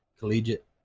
collegiate